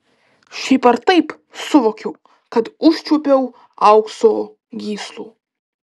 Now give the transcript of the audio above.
šiaip ar taip suvokiau kad užčiuopiau aukso gyslų